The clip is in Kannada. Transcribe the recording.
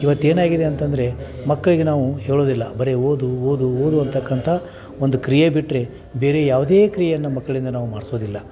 ಇವತ್ತು ಏನಾಗಿದೆ ಅಂತಂದರೆ ಮಕ್ಕಳಿಗೆ ನಾವು ಹೇಳೋದಿಲ್ಲ ಬರೇ ಓದು ಓದು ಓದು ಅಂತಕ್ಕಂಥ ಒಂದು ಕ್ರಿಯೆ ಬಿಟ್ಟರೆ ಬೇರೆ ಯಾವುದೇ ಕ್ರಿಯೆಯನ್ನು ಮಕ್ಕಳಿಂದ ನಾವು ಮಾಡಿಸೋದಿಲ್ಲ